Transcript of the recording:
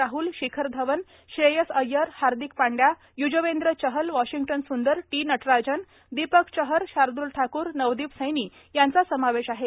Rahul Shikhar Dhawan Shreyas Iyer Hardik Pandya Yuzvendra Chahal Washington Sundar T Natarajan Deepak Chahar Shardul Thakur Navdeep सत्ती यांचा समावेश आहे